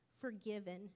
forgiven